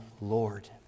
Lord